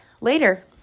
later